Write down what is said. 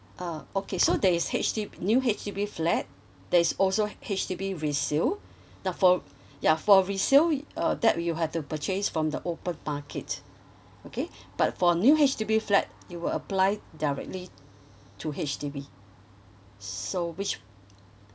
uh okay so there is H_D~ new H_D_B flat there is also H_D_B resale now for ya for resale uh that you will have to purchase from the open market okay but for new H_D_B flat you will apply directly to H_D_B so which